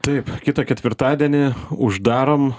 taip kitą ketvirtadienį uždarom